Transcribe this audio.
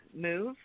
move